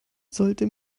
sollte